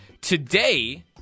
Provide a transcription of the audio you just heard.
Today